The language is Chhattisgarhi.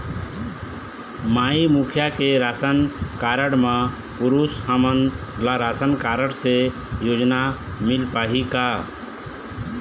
माई मुखिया के राशन कारड म पुरुष हमन ला राशन कारड से योजना मिल पाही का?